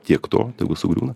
tiek to tegu sugriūna